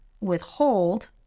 withhold